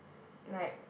like